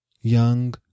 young